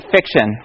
Fiction